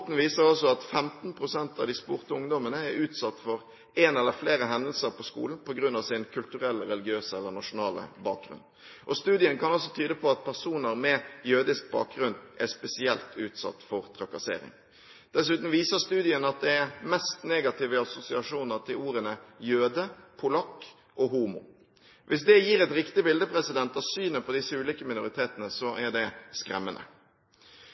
Rapporten viser at 15 pst. av de spurte ungdommene er utsatt for en eller flere hendelser på skolen på grunn av sin kulturelle, religiøse eller nasjonale bakgrunn. Studien kan tyde på at personer med jødisk bakgrunn er spesielt utsatt for trakassering. Dessuten viser studien at det er mest negative assosiasjoner til ordene «jøde», «polakk» og «homo». Hvis det gir et riktig bilde av synet på disse ulike minoritetene, så er det skremmende.